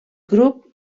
grup